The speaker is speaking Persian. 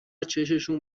چششون